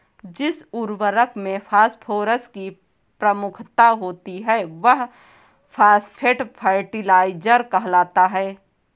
जिस उर्वरक में फॉस्फोरस की प्रमुखता होती है, वह फॉस्फेट फर्टिलाइजर कहलाता है